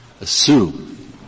Assume